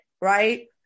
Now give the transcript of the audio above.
right